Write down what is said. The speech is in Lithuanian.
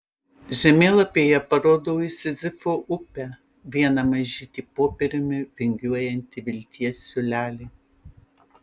žemėlapyje parodau į sizifo upę vieną mažytį popieriumi vingiuojantį vilties siūlelį